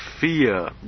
fear